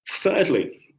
thirdly